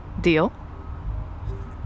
Deal